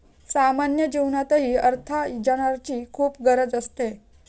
सामान्य जीवनातही अर्थार्जनाची खूप गरज असते